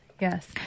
yes